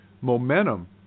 momentum